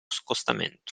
scostamento